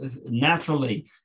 naturally